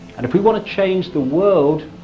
and if you want to change the world,